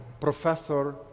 Professor